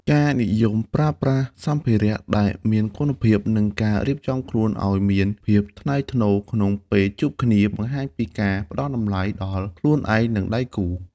ការនិយមប្រើប្រាស់សម្ភារៈដែលមានគុណភាព និងការរៀបចំខ្លួនឱ្យមានភាពថ្លៃថ្នូរក្នុងពេលជួបគ្នា បង្ហាញពីការផ្ដល់តម្លៃដល់ខ្លួនឯង និងដៃគូ។